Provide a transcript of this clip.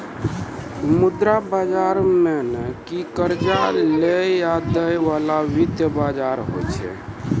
मुद्रा बजार मने कि कर्जा लै या दै बाला वित्तीय बजार होय छै